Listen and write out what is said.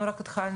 אנחנו רק התחלנו,